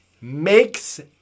makes